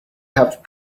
have